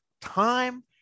time